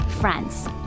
friends